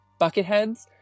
Bucketheads